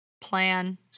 plan